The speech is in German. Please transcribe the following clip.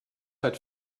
hat